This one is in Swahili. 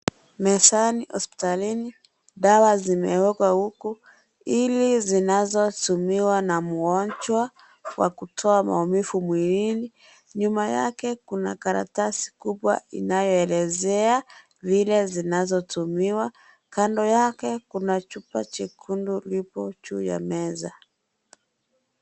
Mezani hospitalini, dawa zimewekwa huku, ili zinazo tumiwa na mgonjwa wa kutoa maumivu mwilini. Nyuma yake kuna karatasi kubwa inayo elezea vile zinazo tumiwa. Kando yake kuna chupa chekundu liko juu ya meza.